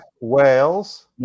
Wales